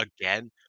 Again